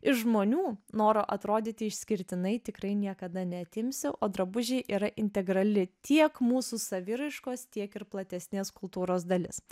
iš žmonių noro atrodyti išskirtinai tikrai niekada neatimsi o drabužiai yra integrali tiek mūsų saviraiškos tiek ir platesnės kultūros dalis